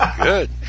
good